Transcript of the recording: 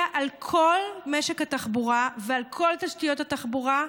על כל משק התחבורה ועל כל תשתיות התחבורה,